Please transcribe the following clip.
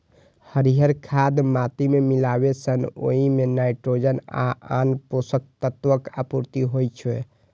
हरियर खाद माटि मे मिलाबै सं ओइ मे नाइट्रोजन आ आन पोषक तत्वक आपूर्ति होइ छै